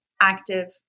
active